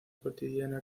cotidiana